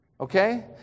okay